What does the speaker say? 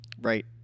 right